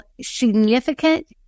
significant